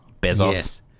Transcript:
Bezos